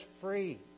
free